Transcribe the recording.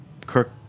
Kirk